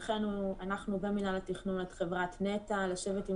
אנחנו ומנהל התכנון הנחינו את חברת נת"ע לשבת עם